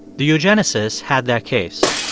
the eugenicists had their case.